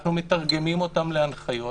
אנחנו מתרגמים אותם להנחיות